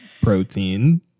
protein